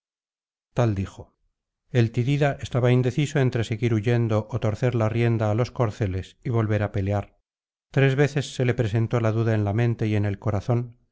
tal dijo el tidida estaba indeciso entre seguir huyendo ó torcer la rienda á los corceles y volver á pelear tres veces se le presentó la duda en la mente y en el corazón